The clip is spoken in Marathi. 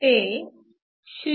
ते 0